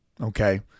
Okay